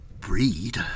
breed